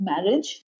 marriage